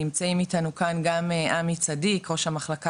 נמצאים איתנו כאן גם עמי צדיק ראש המחלקה